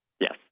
Yes